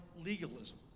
legalism